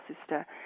sister